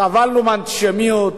סבלנו מאנטישמיות,